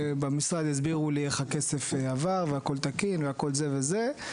במשרד יסבירו לי איך הכסף עבר והכל תקין והכל זה וזה,